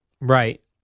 Right